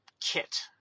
kit